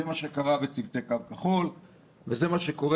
זה מה שקרה בצוותי קו כחול וזה מה שקורה